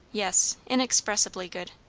yes. inexpressibly good.